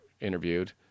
interviewed